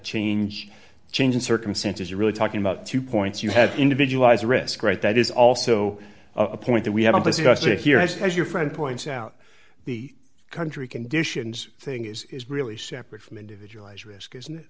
change change in circumstances you're really talking about two points you have individualized risk right that is also a point that we have obviously got to here as your friend points out the country conditions thing is really separate from individualized risk isn't it